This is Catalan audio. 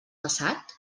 passat